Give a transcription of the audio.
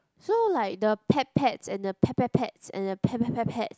so like the pet pets and the pet pet pets and the pet pet pet pets